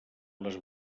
les